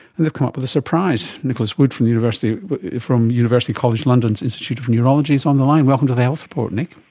and they've come up with a surprise. nicholas wood from university from university college london's institute of neurology is on the line. welcome to the health report, nick.